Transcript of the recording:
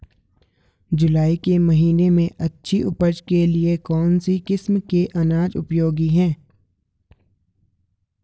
जुलाई के महीने में अच्छी उपज के लिए कौन सी किस्म के अनाज उपयोगी हैं?